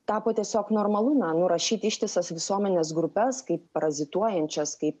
tapo tiesiog normalu na nurašyti ištisas visuomenės grupes kaip parazituojančias kaip